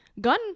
gun